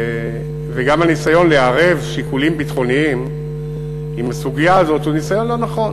גם הניסיון לערב שיקולים ביטחוניים עם הסוגיה הזאת הוא ניסיון לא נכון.